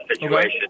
situation